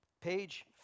page